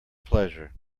pleasure